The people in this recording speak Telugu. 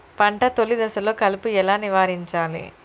పంట తొలి దశలో కలుపు ఎలా నివారించాలి?